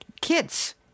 kids